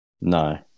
No